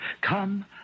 Come